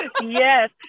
Yes